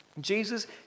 jesus